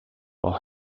while